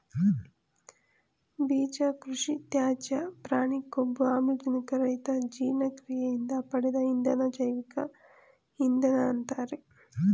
ಬೀಜ ಕೃಷಿತ್ಯಾಜ್ಯ ಪ್ರಾಣಿ ಕೊಬ್ಬು ಆಮ್ಲಜನಕ ರಹಿತ ಜೀರ್ಣಕ್ರಿಯೆಯಿಂದ ಪಡೆದ ಇಂಧನ ಜೈವಿಕ ಇಂಧನ ಅಂತಾರೆ